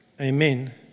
Amen